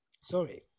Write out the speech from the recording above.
sorry